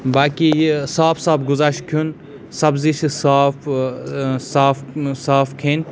باقٕے یہِ صاف صاف غذا چھِ کھیوٚن سبزی چھِ صاف صاف صاف کھیٚنۍ